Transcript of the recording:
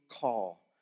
call